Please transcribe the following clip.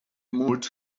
mood